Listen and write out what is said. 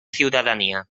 ciudadanía